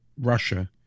Russia